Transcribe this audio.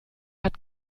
hat